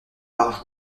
par